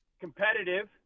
Competitive